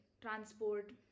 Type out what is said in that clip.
transport